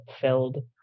filled